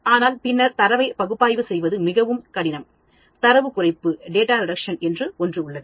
ஆனால் பின்னர் தரவை பகுப்பாய்வு செய்வது மிகவும் கடினம்தரவு குறைப்பு என்று ஒன்று உள்ளது